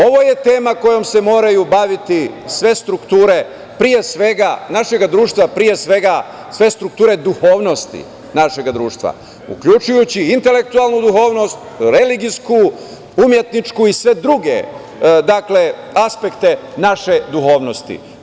Ovo je tema kojom se moraju baviti sve strukture našeg društva, pre svega strukture duhovnosti našeg društva, uključujući intelektualnu duhovnost, religijsku, umetničku i sve druge aspekte naše duhovnosti.